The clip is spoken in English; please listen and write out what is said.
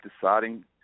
deciding